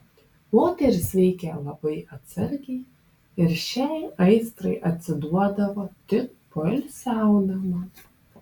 moteris veikė labai atsargiai ir šiai aistrai atsiduodavo tik poilsiaudama